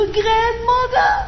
grandmother